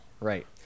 right